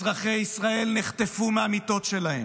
אבל אתם מפחדים מוועדת חקירה ממלכתית.